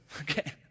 okay